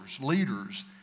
leaders